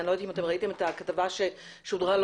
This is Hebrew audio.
אני לא יודעת אם ראיתם את הכתבה ששודרה לא